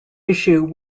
issue